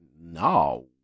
no